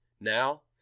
Now